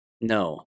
no